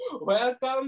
Welcome